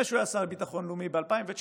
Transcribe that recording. לפני שהוא היה שר לביטחון לאומי, ב-2019,